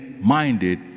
minded